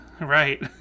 right